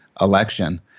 election